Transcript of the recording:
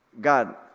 God